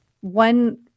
one